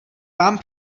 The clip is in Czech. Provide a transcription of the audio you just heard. vám